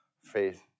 faith